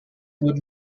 would